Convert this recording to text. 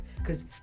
Cause